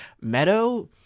Meadow